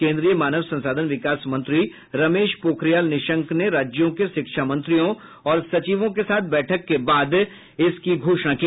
केन्द्रीय मानव संसाधन विकास मंत्री रमेश पोखरियाल निशंक ने राज्यों के शिक्षा मंत्रियों और सचिवों के साथ बैठक के बाद इस बात कि घोषणा की